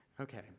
Okay